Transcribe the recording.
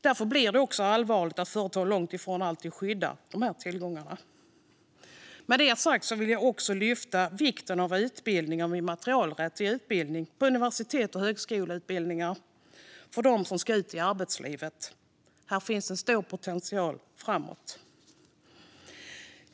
Därför är det allvarligt att företag långt ifrån alltid skyddar sina tillgångar. Med detta sagt vill jag också lyfta fram vikten av utbildningar i immaterialrätt i universitets och högskoleutbildningar för dem som ska ut i arbetslivet. Här finns en stor potential framåt.